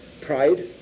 pride